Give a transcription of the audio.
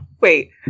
Wait